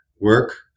work